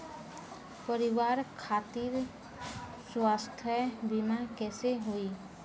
परिवार खातिर स्वास्थ्य बीमा कैसे होई?